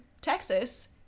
Texas